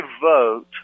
vote